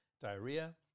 diarrhea